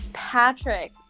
Patrick